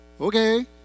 Okay